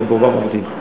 ורובם עובדים.